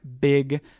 big